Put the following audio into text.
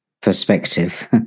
perspective